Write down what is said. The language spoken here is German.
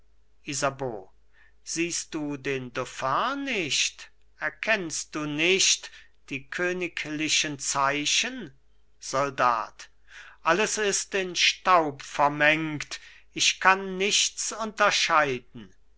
isabeau siehst du den dauphin nicht erkennst du nicht die königlichen zeichen soldat alles ist in staub vermengt ich kann nichts unterscheiden